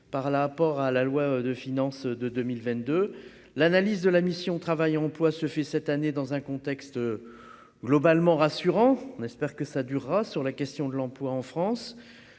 par l'apport à la loi de finances de 2022, l'analyse de la mission Travail emploi se fait cette année dans un contexte globalement rassurant, on espère que ça durera, sur la question de l'emploi en France,